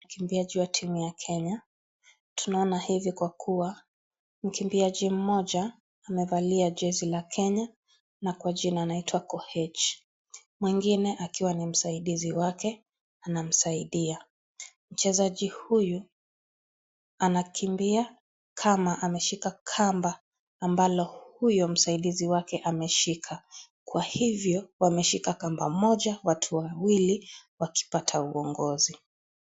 Wakimbiaji wa timu ya Kenya. Tunaona hivi kwa kuwa mkimbiaji mmoja amevalia jezi la Kenya na kwa jina anaitwa Koech, mwengine akiwa ni msaidizi wake anamsaidia. Mchezaji huyu anakimbia kama ameshika kamba ambalo huyo msaidizi wake ameshika. Kwa hivyo wameshika kamba moja watu wawili wakipata uongozi.